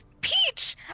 Peach